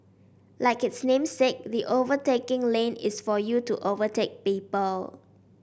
like its namesake the overtaking lane is for you to overtake people